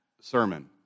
sermon